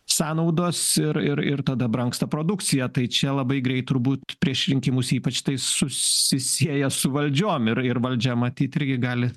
sąnaudos ir ir ir tada brangsta produkcija tai čia labai greit turbūt prieš rinkimus ypač tai susisieja su valdžiom ir ir valdžia matyt irgi gali